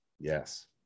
yes